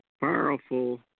powerful